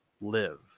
live